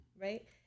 right